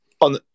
on